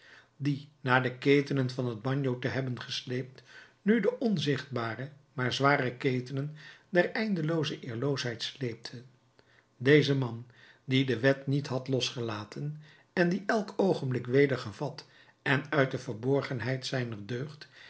die na de ketenen van het bagno te hebben gesleept nu de onzichtbare maar zware keten der eindelooze eerloosheid sleepte deze man dien de wet niet had losgelaten en die elk oogenblik weder gevat en uit de verborgenheid zijner deugd